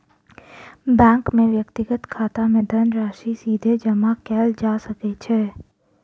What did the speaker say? bank मे व्यक्तिक खाता मे धनराशि सीधे जमा कयल जा सकै छै